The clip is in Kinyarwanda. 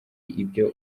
ibyo